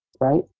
right